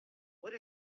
what